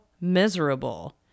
miserable